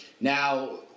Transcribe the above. Now